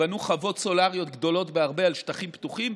שבנו חוות סולריות גדולות בהרבה שטחים פתוחים,